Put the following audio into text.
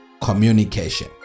communication